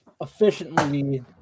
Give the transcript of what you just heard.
efficiently